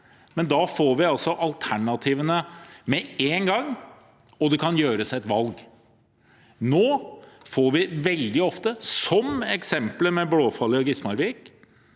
men da får vi altså alternativene med en gang, og det kan gjøres et valg. Nå får vi veldig ofte, som i eksempelet med Blåfalli–Gismarvik,